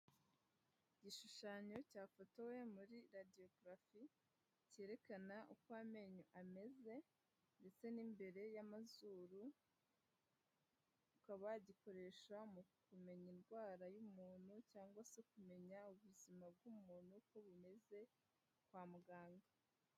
Igishushanyo cyafotowe muri radiography, cyerekana uko amenyo ameze ndetse n'imbere y'amazuru, ukaba wagikoresha mu kumenya indwara y'umuntu cyangwa se kumenya ubuzima bw'umuntu uko bumeze kwa muganga.